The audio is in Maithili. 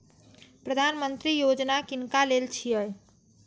प्रधानमंत्री यौजना किनका लेल छिए?